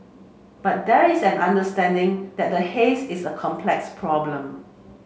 but there is an understanding that the haze is a complex problem